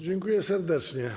Dziękuję serdecznie.